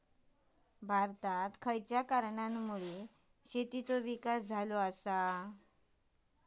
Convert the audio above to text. भारतात खयच्या कारणांमुळे शेतीचो विकास झालो हा?